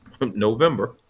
November